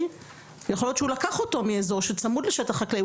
יכול להיות שהוא לקח אותו מאזור שצמוד לשטח חקלאי,